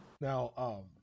Now